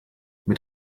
mit